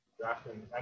drafting